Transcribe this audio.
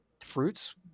fruits